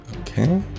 Okay